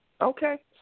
Okay